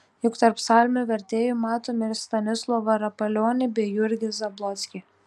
juk tarp psalmių vertėjų matome ir stanislavą rapalionį bei jurgį zablockį